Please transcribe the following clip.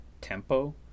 tempo